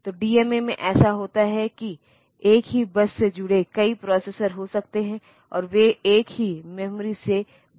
तो डीएमए में ऐसा होता है कि एक ही बस से जुड़े कई प्रोसेसर हो सकते हैं और वे एक ही मेमोरी से बात कर रहे हैं